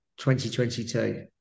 2022